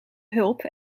hulp